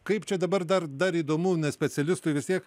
kaip čia dabar dar dar įdomu ne specialistui vis tiek